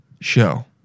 show